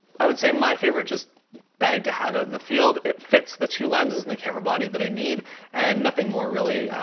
i would say my favorite just bagged to have out in the field. it fits the two lenses and the camera body that i need and nothing more really.